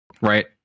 right